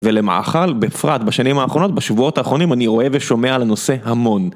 ולמאכל, בפרט בשנים האחרונות, בשבועות האחרונים, אני רואה ושומע על הנושא המון.